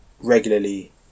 regularly